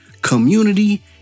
community